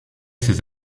ses